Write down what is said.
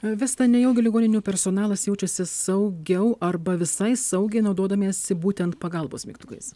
vesta nejaugi ligoninių personalas jaučiasi saugiau arba visai saugiai naudodamiesi būtent pagalbos mygtukais